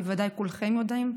בוודאי כולכם יודעים,